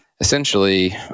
Essentially